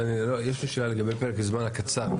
יש לי שאלה לגבי פרק הזמן הקצר.